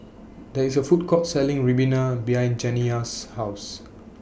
There IS A Food Court Selling Ribena behind Janiyah's House